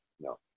No